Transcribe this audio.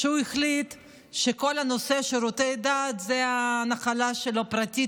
שהחליט שכל נושא שירותי הדת הוא הנחלה הפרטית,